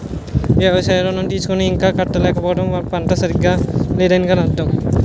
వ్యవసాయ ఋణం తీసుకుని ఇంకా కట్టలేదంటే పంట సరిగా లేదనే కదా అర్థం